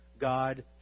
God